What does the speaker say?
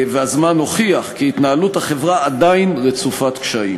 והזמן הוכיח כי התנהלות החברה עדיין רצופת קשיים.